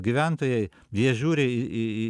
gyventojai jie žiūri į į į